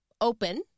open